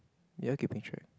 you all keeping track